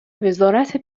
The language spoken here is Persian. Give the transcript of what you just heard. وزارت